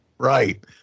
Right